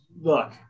Look